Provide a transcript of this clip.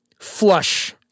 Flush